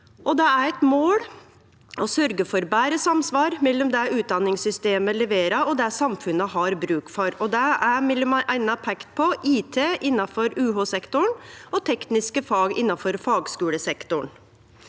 Det er eit mål å sørgje for betre samsvar mellom det utdanningssystemet leverer, og det samfunnet har bruk for. Det er m.a. peikt på IT innanfor UH-sektoren og tekniske fag innanfor fagskulesektoren.